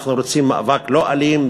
אנחנו רוצים מאבק לא אלים,